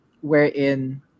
wherein